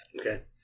Okay